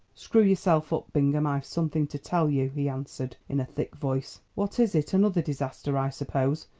screw yourself up, bingham, i've something to tell you, he answered in a thick voice. what is it? another disaster, i suppose.